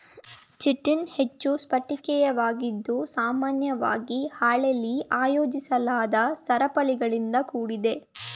chitin ಹೆಚ್ಚು ಸ್ಫಟಿಕೀಯವಾಗಿದ್ದು ಸಾಮಾನ್ಯವಾಗಿ ಹಾಳೆಲಿ ಆಯೋಜಿಸಲಾದ ಸರಪಳಿಗಳಿಂದ ಕೂಡಿದೆ